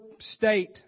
state